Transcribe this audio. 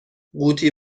قوطی